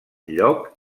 lloc